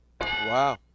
Wow